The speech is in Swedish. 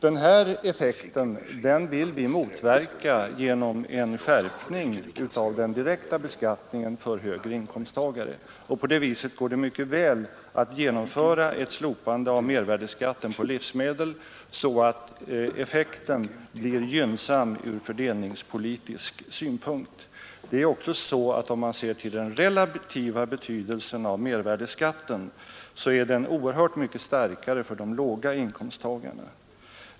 Vi vill motverka den här effekten genom en skärpning av den direkta beskattningen för högre inkomsttagare, och på det viset går det mycket väl att genomföra ett slopande av mervärdeskatten på livsmedel så att resultatet blir gynnsamt ur fördelningssynpunkt. Om man ser till den relativa betydelsen av mervärdeskatten finner man att den är oerhört mycket starkare för låginkomsttagare.